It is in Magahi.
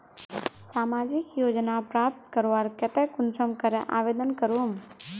सामाजिक योजना प्राप्त करवार केते कुंसम करे आवेदन करूम?